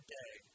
day